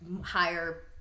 higher